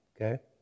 okay